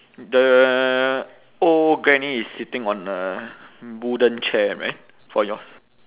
the old granny is sitting on a wooden chair right for yours